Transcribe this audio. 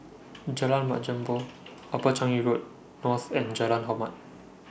Jalan Mat Jambol Upper Changi Road North and Jalan Hormat